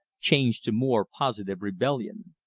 changed to more positive rebellion.